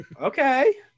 Okay